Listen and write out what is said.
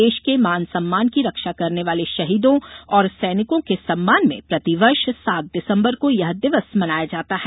देश के मान सम्मान की रक्षा करने वाले शहीदों और सैनिकों के सम्मान में प्रतिवर्ष सात दिसम्बर को यह दिवस मनाया जाता है